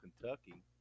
Kentucky